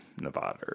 Nevada